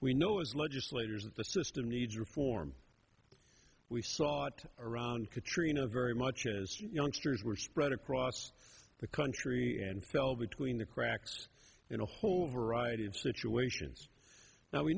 we know is legislators and the system needs reform we saw around katrina very much youngsters were spread across the country and fell between the cracks in a whole variety of situations that we